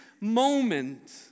moment